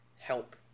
help